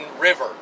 River